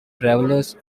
travellers